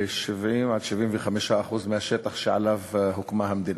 70% 75% מהשטח שעליו הוקמה המדינה.